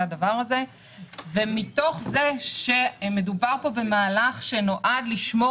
הדבר הזה ומתוך זה שמדובר פה במהלך שנועד לשמור